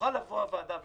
תוכל לבוא הוועדה ולהגיד: